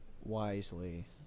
wisely